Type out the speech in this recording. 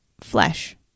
flesh